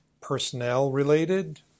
personnel-related